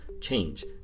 change